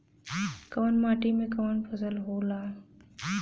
कवन माटी में कवन फसल हो ला?